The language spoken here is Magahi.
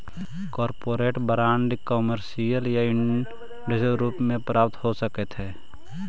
कॉरपोरेट बांड कमर्शियल या इंडस्ट्रियल रूप में प्राप्त हो सकऽ हई